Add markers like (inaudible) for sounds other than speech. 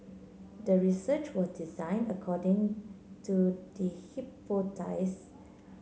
the research was designed according to the (unintelligible)